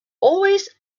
always